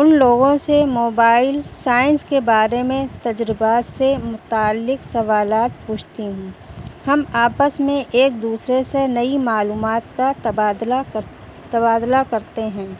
ان لوگوں سے mobile science کے بارے میں تجربات سے متعلق سوالات پوچھتی ہوں ہم آپس میں ایک دوسرے سے نئی معلومات کا تبادلہ تبادلہ کرتے ہیں